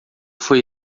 foi